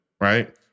right